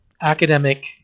academic